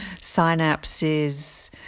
synapses